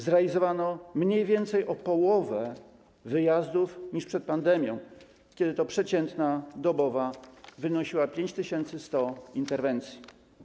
Zrealizowano mniej więcej o połowę więcej wyjazdów niż przed pandemią, kiedy to przeciętna dobowa wynosiła 5100 interwencji.